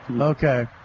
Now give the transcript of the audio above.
Okay